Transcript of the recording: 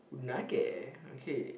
Unagi